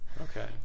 Okay